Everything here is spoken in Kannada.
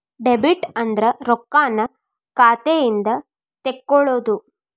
ಡೆಬಿಟ್ ಅಂದ್ರ ರೊಕ್ಕಾನ್ನ ಖಾತೆಯಿಂದ ತೆಕ್ಕೊಳ್ಳೊದು